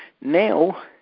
Now